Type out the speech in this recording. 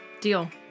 deal